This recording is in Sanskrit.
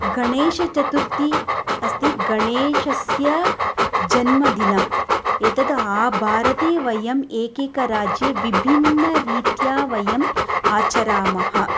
गणेशचतुर्थी अस्ति गणेशस्य जन्मदिनम् एतत् आभारते वयम् एकेक राज्ये विभिन्नरीत्या वयम् आचरामः